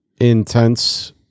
intense